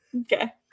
Okay